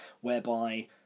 whereby